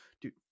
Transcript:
dude